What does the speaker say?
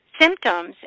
Symptoms